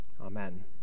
Amen